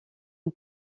une